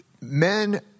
Men